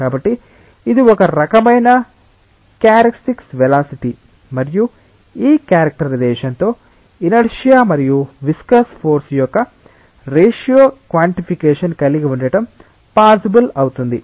కాబట్టి ఇది ఒక రకమైన క్యారెక్టర్స్టిక్ వెలాసిటీ మరియు ఈ క్యారెక్టరైజెషన్ తో ఇనర్శియా మరియు విస్కస్ ఫోర్సు యొక్క రేషియో క్వాన్టిఫికేషన్ కలిగి ఉండటం పాసిబుల్ అవుతుంది